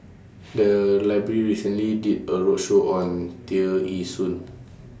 The Library recently did A roadshow on Tear Ee Soon